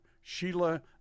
Sheila